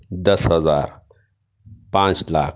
دس ہزار پانچ لاکھ